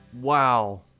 wow